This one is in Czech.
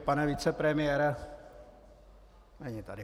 Pane vicepremiére není tady.